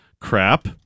crap